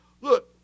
Look